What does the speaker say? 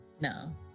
No